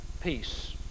peace